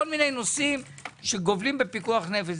דברים שגובלים בפיקוח נפש.